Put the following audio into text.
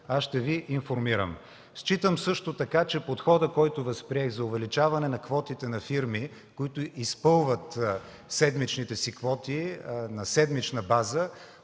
ще Ви информирам. Считам също така, че подходът, който възприех за увеличаване квотите на фирми, които изпълват седмичните си квоти – на седмична база,